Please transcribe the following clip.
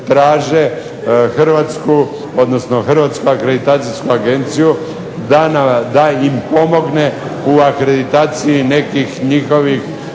traže Hrvatsku, odnosno Hrvatsku akreditacijsku agenciju da im pomogne u akreditaciji nekih njihovih